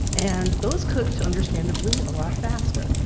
and those cooked, understandably, a lot faster.